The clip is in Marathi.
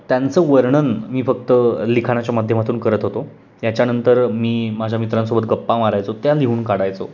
त्यांचं वर्णन मी फक्त लिखाणाच्या माध्यमातून करत होतो याच्यानंतर मी माझ्या मित्रांसोबत गप्पा मारायचो त्या लिहून काढायचो